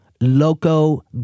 Loco